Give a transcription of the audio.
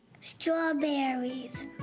Strawberries